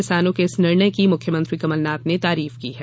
किसानों के इस निर्णय की मुख्यमंत्री कमलनाथ ने तारीफ की है